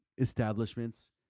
establishments